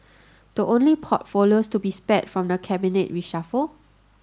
the only portfolios to be spared from the cabinet reshuffle